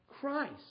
Christ